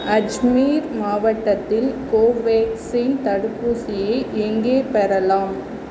அஜ்மீர் மாவட்டத்தில் கோவேக்ஸின் தடுப்பூசியை எங்கே பெறலாம்